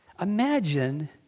Imagine